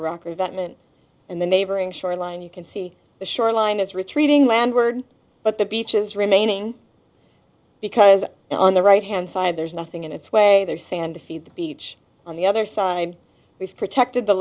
that men and the neighboring shoreline you can see the shoreline is retreating landward but the beach is remaining because on the right hand side there's nothing in its way there's sand to feed the beach on the other side we've protected the